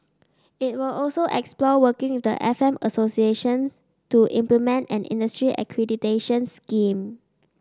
it will also explore working with the F M associations to implement an industry accreditation scheme